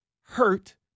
hurt